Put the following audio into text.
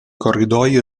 corridoio